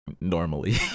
normally